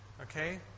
okay